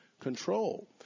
control